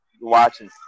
watching